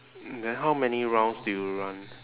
then how many rounds do you run